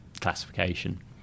classification